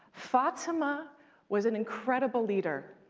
fatima was an incredible leader.